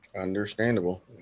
Understandable